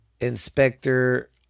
Inspector